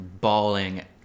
bawling